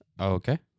Okay